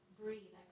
breathe